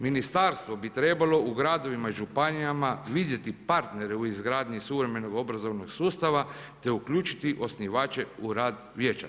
Ministarstvo bi trebalo u gradovima i županijama vidjeti partnere u izgradnji suvremenog obrazovnog sustava , te uključiti osnivače u rad Vijeća.